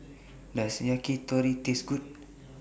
Does Yakitori Taste Good